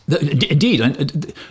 Indeed